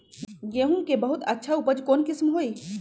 गेंहू के बहुत अच्छा उपज कौन किस्म होई?